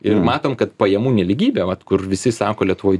ir matom kad pajamų nelygybė vat kur visi sako lietuvoj